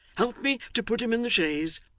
help me to put him in the chaise,